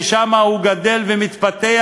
שבה הוא גדל ומתפתח,